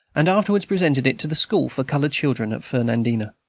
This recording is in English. and afterwards presented it to the school for colored children at fernandina.